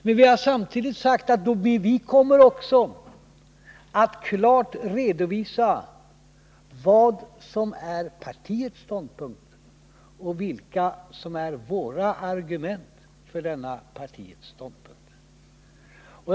Men vi har samtidigt sagt att vi klart kommer att redovisa vad som är partiets ståndpunkt och vilka våra argument är för denna partiets ståndpunkt.